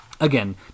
Again